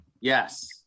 Yes